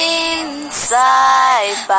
inside